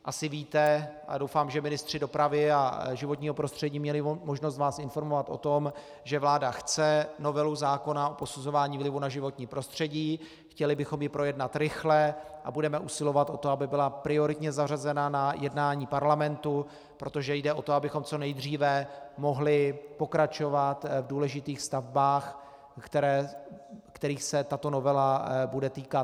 Asi víte, a já doufám, že ministři dopravy a životního prostředí měli možnost vás informovat o tom, že vláda chce novelu zákona o posuzování vlivu na životní prostředí, chtěli bychom ji projednat rychle a budeme usilovat o to, aby byla prioritně zařazena na jednání parlamentu, protože jde o to, abychom co nejdříve mohli pokračovat v důležitých stavbách, kterých se tato novela bude týkat.